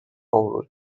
avro